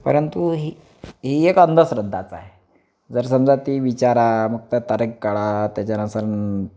परंतु ही ही एक अंधश्रद्धाच आहे जर समजा ती विचारा मग त्यात तारीख काढा त्याच्यानुसार